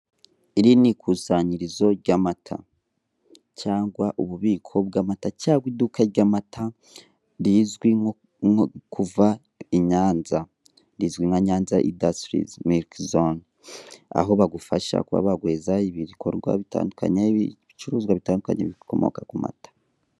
Iri ni ikusanyirizo ry'amata cyangwa ububiko bw'amata cyangwa iduka ry'amata rizwi nko kuva i nyanza. Rizwi nka nyanza indasitiri miliki zone. Aho bagufasha kuba baguhereza ibikorwa bitandukanye, ibicuruzwa bitandukanye bikomoka ku mata.